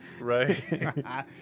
right